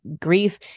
grief